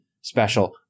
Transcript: special